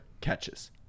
catches